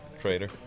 traitor